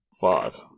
Five